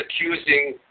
accusing